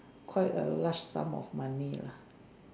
quite a large Sum of money lah